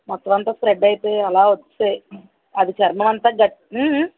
మొత్తమంతా స్ప్రెడ్ అయిపోయి అలా వచ్చే అవి చర్మమంతా గ